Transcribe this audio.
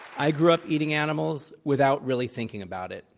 i grew up eating animals without really thinking about it.